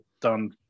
done